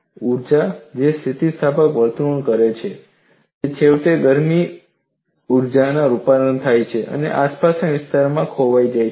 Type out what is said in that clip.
ઊર્જા જે સ્થિતિસ્થાપક વર્તનનું કારણ બને છે તે છેવટે ગરમી ઊર્જામાં રૂપાંતરિત થાય છે અને આસપાસના વિસ્તારમાં ખોવાઈ જાય છે